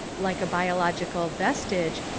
like a biological ves tige,